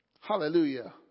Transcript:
Hallelujah